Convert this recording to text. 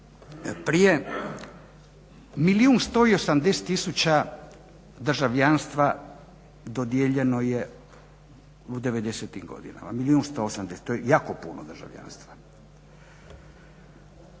milijun i 180 tisuća državljanstva dodijeljeno je u '90.-im godinama, to je jako puno državljanstva.